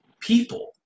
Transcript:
people